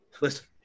Listen